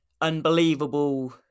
unbelievable